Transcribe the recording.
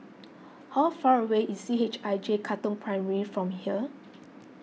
how far away is C H I J Katong Primary from here